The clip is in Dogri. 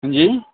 हांजी